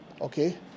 Okay